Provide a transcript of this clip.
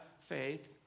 faith